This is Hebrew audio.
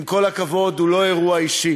עם כל הכבוד, הוא לא אירוע אישי,